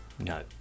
No